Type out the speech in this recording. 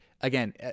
again